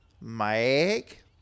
Mike